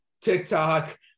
TikTok